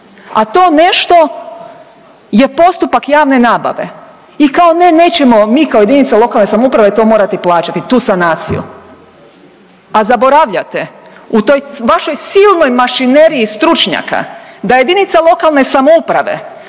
a to nešto je postupak javne nabave i kao ne, nećemo mi kao JLS to morati plaćati tu sanaciju, a zaboravljate u toj vašoj silnoj mašineriji stručnjaka da JLS koja priprema